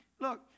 look